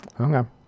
Okay